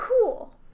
cool